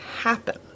happen